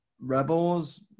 Rebels